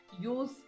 use